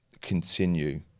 continue